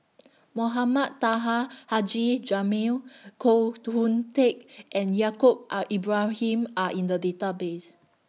Mohamed Taha Haji Jamil Koh Hoon Teck and Yaacob Are Ibrahim Are in The Database